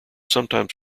sometimes